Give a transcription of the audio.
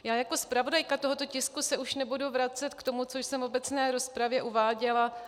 Já jako zpravodajka tohoto tisku se už nebudu vracet k tomu, co jsem v obecné rozpravě uváděla.